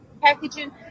packaging